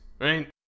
right